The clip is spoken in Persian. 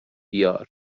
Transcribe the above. بیار